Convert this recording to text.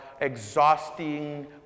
exhausting